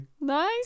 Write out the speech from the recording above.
Nice